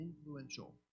influential